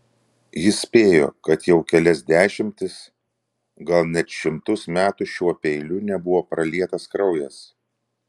jis spėjo kad jau kelias dešimtis gal net šimtus metų šiuo peiliu nebuvo pralietas kraujas